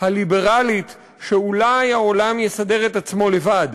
הליברלית שאולי העולם יסדר את עצמו לבד.